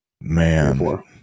Man